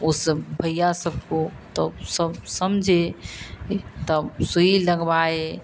उस भैया सबको तब सब समझे इ तब सुईं लगवाए